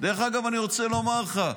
--- דרך אגב, אני רוצה לומר לך,